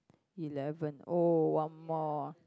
eleven oh one more